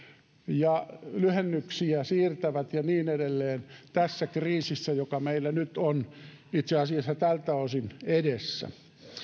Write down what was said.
ja siirtävät lyhennyksiä ja niin edelleen tässä kriisissä joka meillä nyt on itse asiassa tältä osin edessä